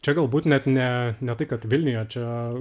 čia galbūt net ne ne tai kad vilniuje čia